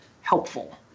helpful